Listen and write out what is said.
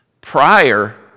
Prior